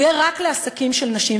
שהוא יהיה רק לעסקים של נשים.